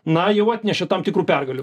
na jau atnešė tam tikrų pergalių